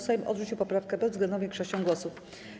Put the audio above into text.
Sejm odrzucił poprawkę bezwzględną większością głosów.